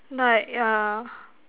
like ah